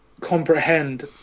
comprehend